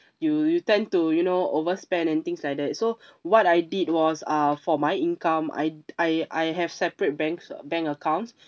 you you tend to you know overspend and things like that so what I did was uh for my income I'd I I have separate banks bank accounts